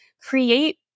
create